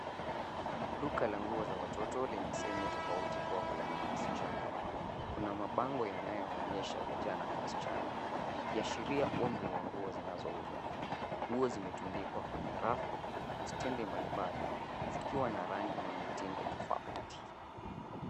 Duka la nguo za watoto lenye sehemu tofauti kwa wavulana na wasichana. Kuna mabango yanayooneysha vijana na wasichana ikiashiria umri wa nguo zinazouzwa. Nguo zimetundikwa kwenye rafu na stendi mbalimbali zikiwa na rangi na mitindo tofauti.